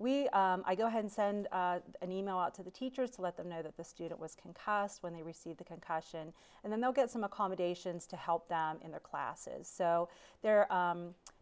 we go ahead and send an email it to the teachers to let them know that the student was concussed when they receive the concussion and then they'll get some accommodations to help them in their classes so there